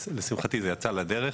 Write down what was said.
לשמחתי זה יצא לדרך.